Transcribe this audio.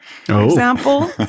example